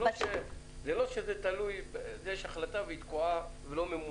זה לא שיש החלטה והיא לא ממומשת.